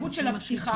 הפתיחה,